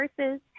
verses